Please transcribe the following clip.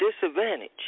disadvantage